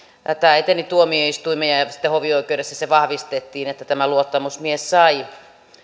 tämä eteni tuomioistuimiin ja ja sitten hovioikeudessa se vahvistettiin että tämä luottamusmies sai